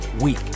week